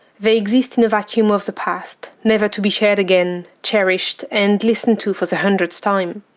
they exist in the vacuum of the past, never to be shared again, cherished, and listened to for the hundredth time.